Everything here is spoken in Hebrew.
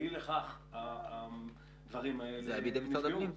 ואי לכך הדברים האלה נפגעו.